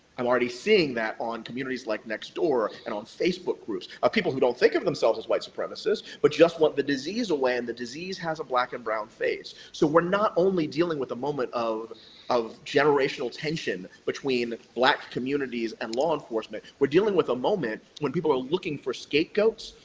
i'm already seeing that on communities like nextdoor, and on facebook groups. people who don't think of themselves as white supremacists but just want the disease away, and the disease has a black and brown face. so we're not only dealing with a moment of of generational tension, between black communities and law enforcement, we're dealing with a moment when people are looking for scapegoats,